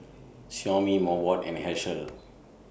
Xiaomi Mobot and Herschel